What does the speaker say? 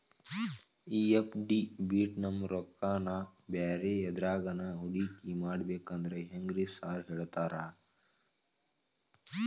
ಈ ಎಫ್.ಡಿ ಬಿಟ್ ನಮ್ ರೊಕ್ಕನಾ ಬ್ಯಾರೆ ಎದ್ರಾಗಾನ ಹೂಡಿಕೆ ಮಾಡಬೇಕಂದ್ರೆ ಹೆಂಗ್ರಿ ಸಾರ್ ಹೇಳ್ತೇರಾ?